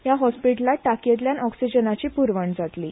हया हॉस्पिटलात ताकयेच्यान ऑक्सीजनाची प्रवण जातली